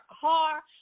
car